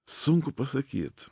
sunku pasakyt